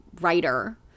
writer